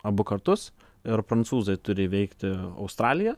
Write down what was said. abu kartus ir prancūzai turi įveikti australiją